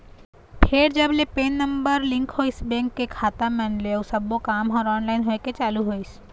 फेर जब ले पेन नंबर लिंक होइस बेंक के खाता मन ले अउ सब्बो काम ह ऑनलाइन होय के चालू होइस